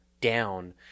down